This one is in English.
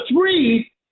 three